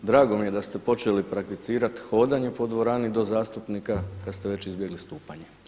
I drago mi je da ste počeli prakticirati hodanje po dvorani do zastupnika kad ste već izbjegli stupanje.